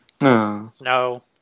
No